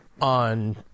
on